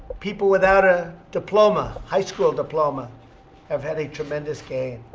people without a diploma high school diploma have had a tremendous gain.